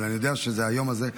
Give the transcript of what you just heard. אבל אני יודע שזה היום הזה,